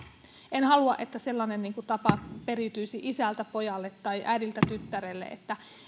en halua että sellainen tapa periytyisi isältä pojalle tai äidiltä tyttärelle